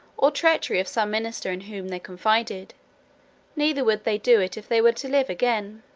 or treachery of some minister in whom they confided neither would they do it if they were to live again